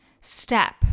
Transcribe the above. step